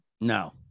No